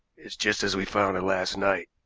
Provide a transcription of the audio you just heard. it's just as we found it last night,